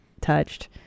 Touched